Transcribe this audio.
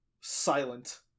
silent